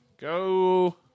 Go